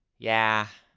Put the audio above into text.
yeah.